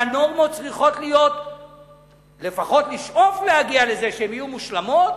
שהנורמות צריכות להיות או לפחות לשאוף להגיע לזה שהן יהיו מושלמות,